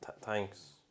Thanks